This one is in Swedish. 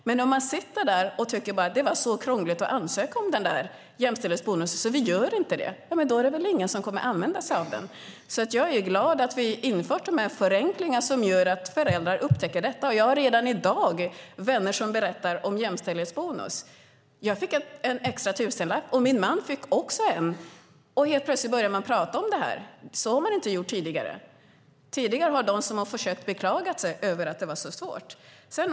Men om man sitter där och tycker att det är så krångligt att ansöka om jämställdhetsbonus att man inte gör det, då är det ingen som kommer att använda sig av den. Jag är därför glad över att vi har infört dessa förenklingar som gör att föräldrar upptäcker detta. Jag har redan i dag vänner som berättar om jämställdhetsbonusen. De säger: Jag fick en extra tusenlapp, och min man fick också en. Helt plötsligt börjar man tala om detta. Det har man inte gjort tidigare. Tidigare var det många som beklagade att det var så svårt.